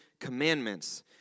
commandments